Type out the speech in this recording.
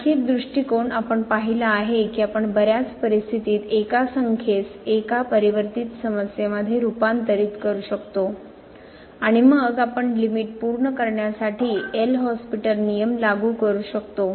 आणखी एक दृष्टिकोन आपण पाहिला आहे की आपण बर्याच परिस्थितीत एका संख्येस एका परिवर्तीत समस्येमध्ये रूपांतरित करू शकतो आणि मग आपण लिमिट पूर्ण करण्यासाठी एल' हॉस्पिटल 'नियम लागू करू शकतो